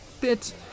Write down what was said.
bit